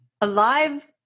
alive